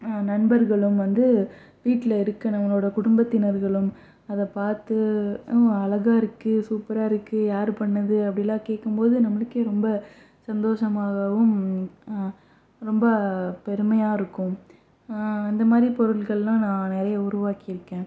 நண்பர்களும் வந்து வீட்டில் இருக்கற நம்மளோடய குடும்பத்தினர்களும் அதை பார்த்து ம் அழகாக இருக்குது சூப்பராக இருக்குது யார் பண்ணது அப்படிலாம் கேட்கும் போது நம்மளுக்கே ரொம்ப சந்தோசமாகவும் ரொம்ப பெருமையாக இருக்கும் இந்தமாதிரி பொருள்களெலாம் நான் நிறைய உருவாக்கி இருக்கேன்